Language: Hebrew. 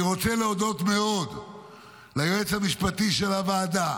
אני רוצה להודות מאוד ליועץ המשפטי של הוועדה,